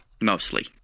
Mostly